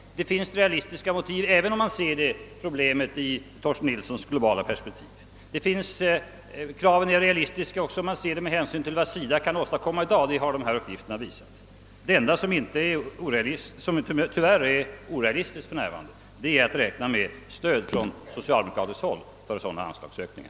Det finns realistiska motiv, både om man ser problemen i Torsten Nilssons globala perspektiv och ur synpunkten av vad SIDA i dag kan åstadkomma. Det har dessa uppgifter visat. Det enda som tyvärr för närvarande är orealistiskt är att räkna med stöd från socialdemokratiskt håll för sådana anslagsökningar.